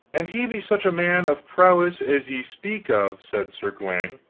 and he be such a man of prowess as ye speak of, said sir gawaine.